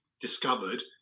discovered